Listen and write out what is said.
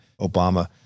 Obama